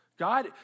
God